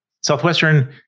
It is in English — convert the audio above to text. Southwestern